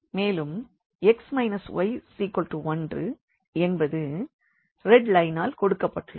மேலும் x y1 என்பது red லைனால் கொடுக்கப்பட்டுள்ளது